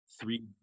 three